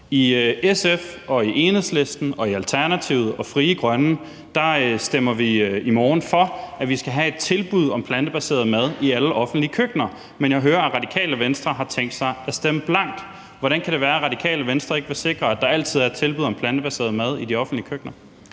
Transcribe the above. I SF og Enhedslisten og i Alternativet og i Frie Grønne stemmer vi i morgen for, at vi skal have et tilbud om plantebaseret mad i alle offentlige køkkener, men jeg hører, at Radikale Venstre har tænkt sig at stemme blankt. Hvordan kan det være, at Radikale Venstre ikke vil sikre, at der altid er et tilbud om plantebaseret mad i de offentlige køkkener?